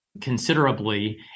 considerably